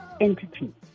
entity